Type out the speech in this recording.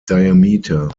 diameter